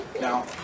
Now